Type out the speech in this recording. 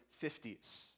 50s